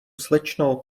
slečno